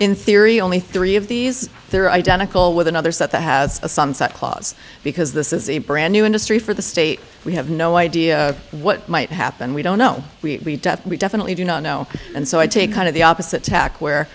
in theory only three of these there are identical with another set that has a sunset clause because this is a brand new industry for the state we have no idea what might happen we don't know we definitely do not know and so i take kind of the opposite tack where